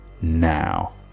now